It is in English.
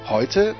Heute